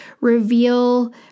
reveal